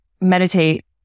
meditate